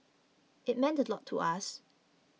it meant a lot to us